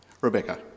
Rebecca